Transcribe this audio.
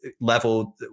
level